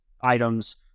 items